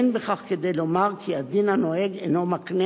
אין בכך כדי לומר כי הדין הנוהג אינו מקנה